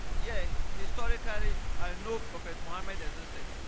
yay historically, i know of it muhammad as a state.